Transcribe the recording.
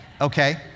okay